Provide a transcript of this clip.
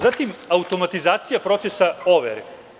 Zatim, automatizacija procesa overe.